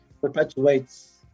perpetuates